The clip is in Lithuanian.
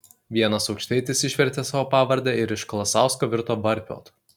vienas aukštaitis išvertė savo pavardę ir iš kalasausko virto varpiotu